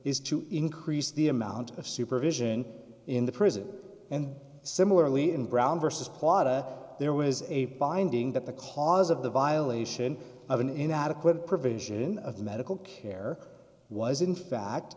is to increase the amount of supervision in the prison and similarly in brown versus plata there was a finding that the cause of the violation of an inadequate provision of medical care was in fact